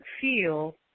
feel